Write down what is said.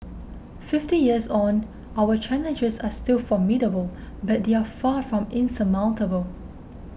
fifty years on our challenges are still formidable but they are far from insurmountable